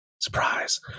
Surprise